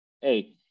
hey